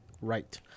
right